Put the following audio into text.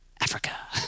Africa